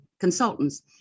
consultants